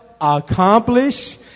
accomplish